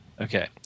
Okay